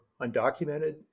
undocumented